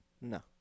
No